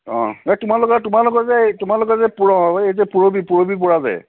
অঁ এই তোমালোকৰ তোমালোকৰ যে এই তোমালোকৰ যে পূৰৱী বৰা যে